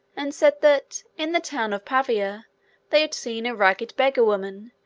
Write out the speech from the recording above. and said that in the town of pavia they had seen a ragged beggar-woman,